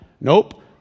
Nope